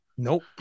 Nope